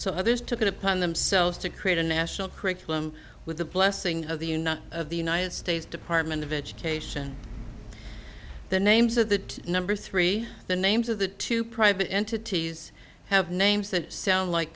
others took it upon themselves to create a national curriculum with the blessing of the union of the united states department of education the names of the number three the names of the two private entities have names that sound like